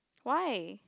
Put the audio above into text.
why